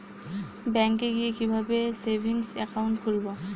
ব্যাঙ্কে গিয়ে কিভাবে সেভিংস একাউন্ট খুলব?